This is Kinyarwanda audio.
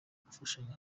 gufashanya